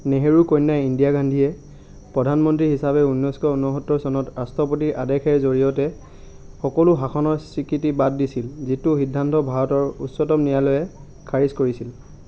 নেহেৰুৰ কন্যা ইন্দিৰা গান্ধীয়ে প্ৰধানমন্ত্ৰী হিচাপে ঊনৈছশ ঊনোসত্তৰ চনত চনত ৰাষ্ট্ৰপতিৰ আদেশেৰ জড়িয়তে সকলো শাসনৰ স্বীকৃতি বাদ দিছিল যিটো সিদ্ধান্ত ভাৰতৰ উচ্চতম ন্যায়ালয়ে খাৰিজ কৰিছিল